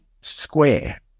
square